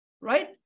Right